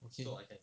okay